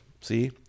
See